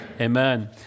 Amen